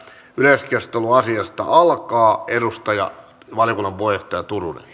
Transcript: yleiskeskustelu alkaa valiokunnan puheenjohtaja turunen